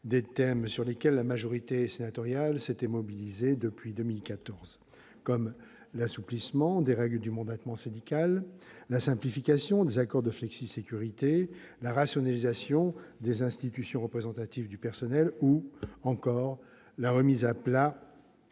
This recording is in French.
des thèmes sur lesquels la majorité sénatoriale s'était mobilisée depuis 2014, comme l'assouplissement des règles du mandatement syndical, la simplification des accords de flexisécurité, la rationalisation des institutions représentatives du personnel, ou encore la remise à plat